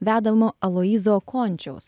vedamo aloyzo končiaus